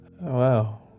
wow